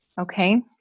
Okay